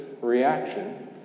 reaction